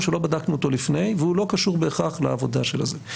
שלא בדקנו אותו לפני והוא לא קשור בהכרח לעבודה של זה.